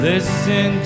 Listen